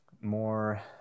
more